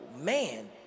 man